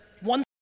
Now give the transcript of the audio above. one